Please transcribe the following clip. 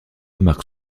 marque